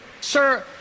Sir